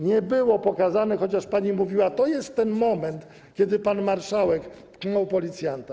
Nie było pokazane, chociaż pani mówiła: to jest ten moment, kiedy pan marszałek pchnął policjanta,